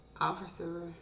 officer